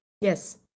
Yes